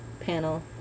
panel